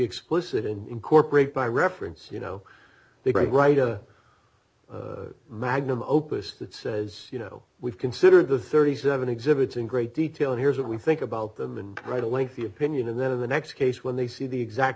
explicit incorporate by reference you know the great writer magnum opus that says you know we've considered the thirty seven exhibits in great detail here's what we think about them and write a lengthy opinion and then of the next case when they see the exact